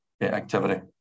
activity